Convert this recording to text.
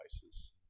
devices